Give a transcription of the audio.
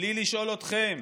בלי לשאול אתכם,